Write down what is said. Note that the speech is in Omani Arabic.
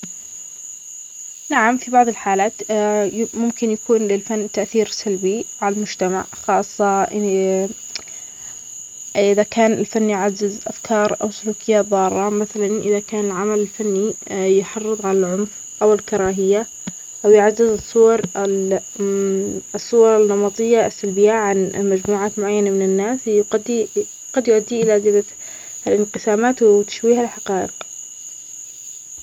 نعم في بعض الحالات ممكن يكون للفن تأثير سلبى عالمجتمع، خاصة أن أ-إذا كان الفن يعزز أفكار أو سلوكيات ضارة، مثلا إذا كان العمل الفني أ-يحرض على العنف أو الكراهية أو يعزز الصور ال الصور النمطية السلبية عن أ-مجموعات معينة من الناس يقدى إ-قد يؤدى إلى زيادة الإنقسامات وتشويه الحقائق.